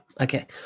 Okay